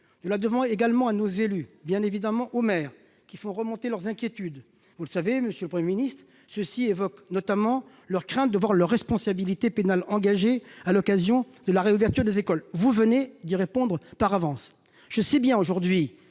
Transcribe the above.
nous la devons également à nos élus, bien évidemment aux maires, qui font remonter leurs inquiétudes. Vous le savez, monsieur le Premier ministre, ceux-ci évoquent notamment leur crainte de voir leur responsabilité pénale engagée à l'occasion de la réouverture des écoles. Vous venez d'y répondre par avance. Je sais bien que, aujourd'hui,